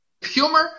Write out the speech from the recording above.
humor